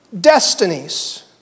destinies